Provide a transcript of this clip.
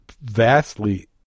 vastly